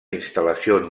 instal·lacions